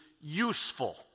useful